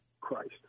christ